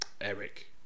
Eric